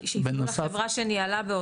שיפנו לחברה שניהלה.